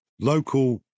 local